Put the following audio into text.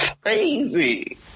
crazy